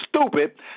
stupid